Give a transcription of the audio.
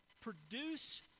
Produce